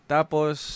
Tapos